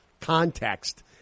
context